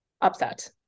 Upset